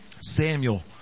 Samuel